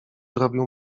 zrobił